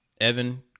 Evan